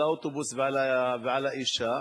על האוטובוס ועל האשה,